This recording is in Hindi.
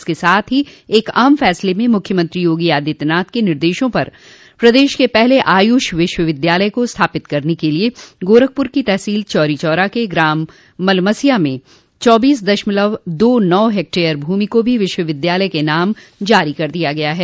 इसके साथ ही एक अहम फैसले में मुख्यमंत्री योगी आदित्यनाथ के निर्देशों पर प्रदेश के पहले आयुष विश्वविद्यालय को स्थापित करने के लिये गोरखपुर की तहसील चौरी चौरा के ग्राम मलमलिया में चौबीस दशमलव दो नौ हेक्टेयर भूमि को भी विश्वविद्यालय के नाम जारी कर दिया गया है